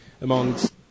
amongst